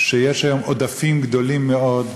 שיש היום עודפים גדולים מאוד,